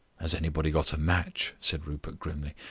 has anybody got a match? said rupert grimly.